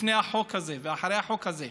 לפני החוק הזה ואחרי החוק הזה.